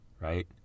right